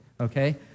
okay